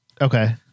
Okay